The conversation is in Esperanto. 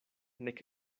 nek